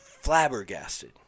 flabbergasted